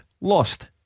lost